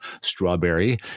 strawberry